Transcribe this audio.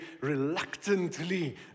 reluctantly